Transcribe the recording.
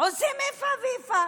עושים איפה ואיפה.